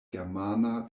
germana